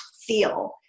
feel